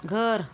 घर